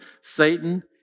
Satan